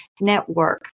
network